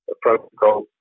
protocol